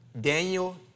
Daniel